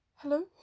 Hello